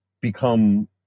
become